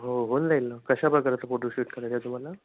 हो होऊन जाईल ना कशा प्रकारचं फोटोशूट करायचं आहे तुम्हाला